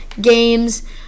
games